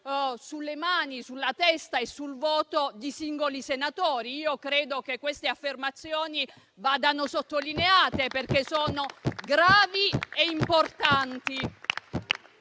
nelle mani, sulla testa e per il voto di singoli senatori. Io credo che queste affermazioni vadano sottolineate, perché sono gravi e importanti